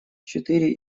четыре